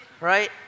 right